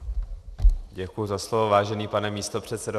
Děkuji za slovo, vážený pane místopředsedo.